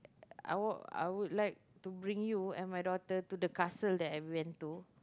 I would I would like to bring you and my daughter to the castle that I went to